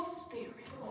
spirit